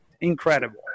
Incredible